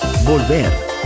volver